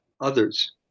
others